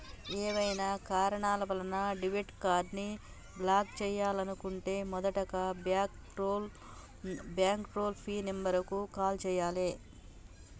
ఏవైనా కారణాల వలన డెబిట్ కార్డ్ని బ్లాక్ చేయాలనుకుంటే మొదటగా బ్యాంక్ టోల్ ఫ్రీ నెంబర్ కు కాల్ చేయాలే